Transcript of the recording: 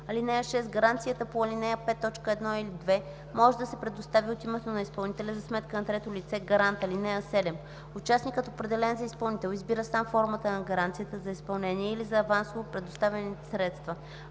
(6) Гаранцията по ал. 5, т. 1 или 2 може да се предостави от името на изпълнителя за сметка на трето лице – гарант. (7) Участникът, определен за изпълнител, избира сам формата на гаранцията за изпълнение или за авансово предоставените средства.